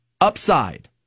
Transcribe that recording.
upside